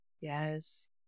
Yes